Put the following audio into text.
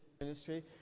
ministry